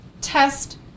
test